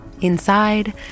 Inside